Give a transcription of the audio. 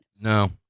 No